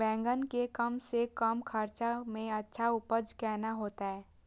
बेंगन के कम से कम खर्चा में अच्छा उपज केना होते?